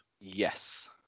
Yes